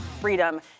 Freedom